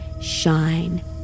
shine